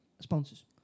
sponsors